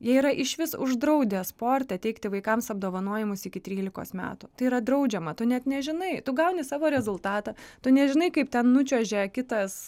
jie yra išvis uždraudę sporte teikti vaikams apdovanojimus iki trylikos metų tai yra draudžiama tu net nežinai tu gauni savo rezultatą tu nežinai kaip ten nučiuožė kitas